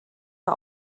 war